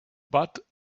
but